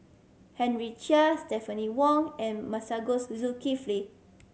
Henry Chia Stephanie Wong and Masagos Zulkifli